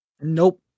Nope